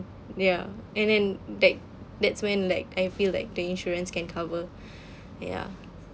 ya and then that that's when like I feel like the insurance can cover ya